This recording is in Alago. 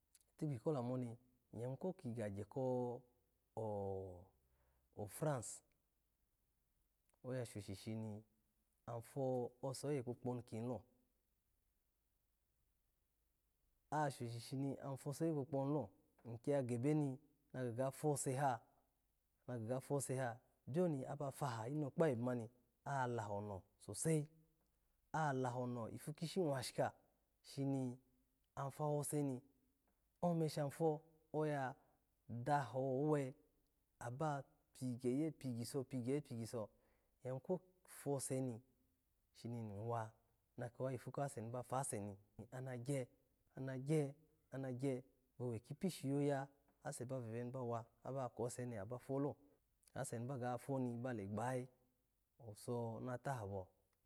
Itikpi kolamu oni iya yimu ko ki gye ko-o- france, oya shoshi shini afose oye kpo kpoduki lo, oashe shi shini afose oye kpokpo kilo, iki ya gebe ni na ga gafose ha nafose ha, biyo no aba faha inokpa ebe mani, alaha no sosa, alaha no ipu kishi nwashika, shi na afasease oni. Ome shafo oya dal owe, aba pigi ye, pigiso, pigiye pigiso iya yimu kofose ni, shi ni iwa na kiwa yipu kawase nibafase ni, anagye, anagye, anagye, owe kipishi yoya, ase ba vebe bawa, akose oni aba folo, ase nibaga fole gbayayi, owuso na tahaho.